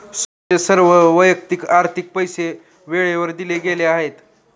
सोहनचे सर्व वैयक्तिक आर्थिक पैसे वेळेवर दिले गेले आहेत